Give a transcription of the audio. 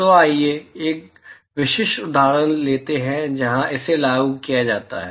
तो आइए एक विशिष्ट उदाहरण लेते हैं जहां इसे लागू किया जाता है